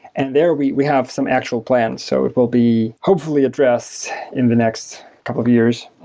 and there we we have some actual plans. so it will be hopefully addressed in the next couple of years.